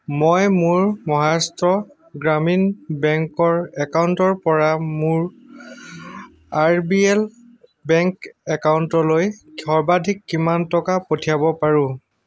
মই মোৰ মহাৰাষ্ট্ৰ গ্ৰামীণ বেংকৰ একাউণ্টৰ পৰা মোৰ আৰ বি এল বেংক একাউণ্টলৈ সৰ্বাধিক কিমান টকা পঠিয়াব পাৰোঁ